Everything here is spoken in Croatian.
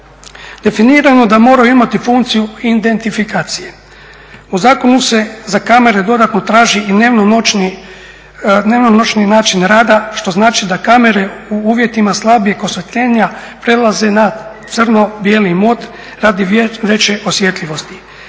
definirano da moraju imati funkciju identifikacije. U zakonu se za kamere dodatno traži i dnevno-noćni način rada što znači da kamere u uvjetima slabijeg osvjetljenja prelaze na crno-bijeli mod radi veće osjetljivosti.